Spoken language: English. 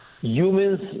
Humans